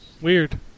Weird